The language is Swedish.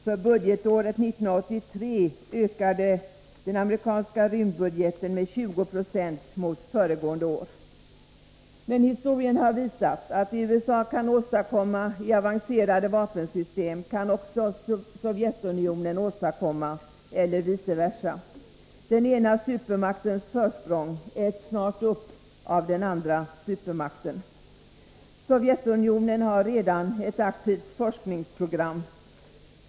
För budgetåret 1983 ökade den amerikanska rymdbudgeten med 20 20 jämfört med budgeten föregående år. Historien har visat att det USA kan åstadkomma i form av avancerade vapensystem kan också Sovjetunionen åstadkomma, och vice versa. Den ena supermaktens försprång äts snart upp av den andra supermakten. Sovjetunionen har redan ett aktivt forskningsprogram.